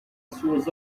suas